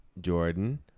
Jordan